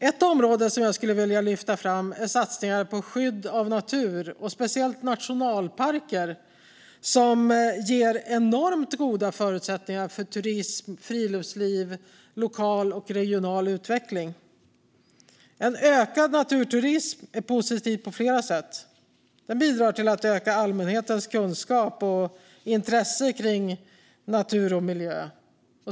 Ett område som jag skulle vilja lyfta fram är satsningar på skydd av natur och speciellt nationalparker, som ger enormt goda förutsättningar för turism, friluftsliv och lokal och regional utveckling. En ökad naturturism är positiv på flera sätt. Den bidrar till att öka allmänhetens kunskap och intresse kring natur och miljö.